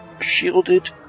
shielded